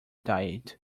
died